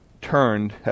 turned